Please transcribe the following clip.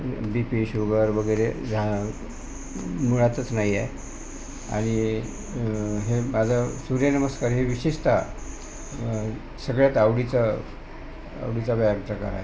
बी P sugar वगैरे झा मुळातच नाही आहे आणि हे माझं सूर्यनमस्कार हे विशेषतः सगळ्यात आवडीचं आवडीचा व्यायामप्रकार आहे